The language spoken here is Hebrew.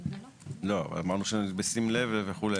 לא, אמרנו שבשים לב וכו'.